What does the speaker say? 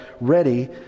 ready